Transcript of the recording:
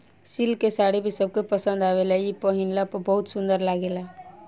silk के साड़ी भी सबके पसंद आवेला इ पहिनला पर बहुत सुंदर लागेला